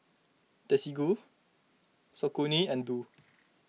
Desigual Saucony and Doux